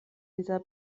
dieser